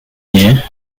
year